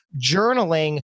journaling